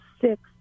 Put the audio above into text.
six